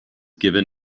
given